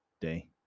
day